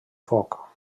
foc